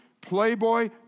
playboy